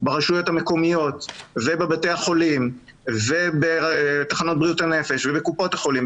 ברשויות המקומיות ובבתי החולים ובתחנות בריאות הנפש ובקופות החולים,